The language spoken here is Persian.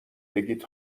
بگید